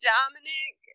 Dominic